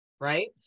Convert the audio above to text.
right